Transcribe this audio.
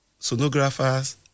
sonographers